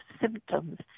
symptoms